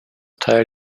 teil